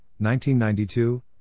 1992